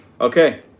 Okay